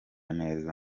neza